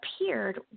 appeared